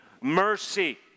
mercy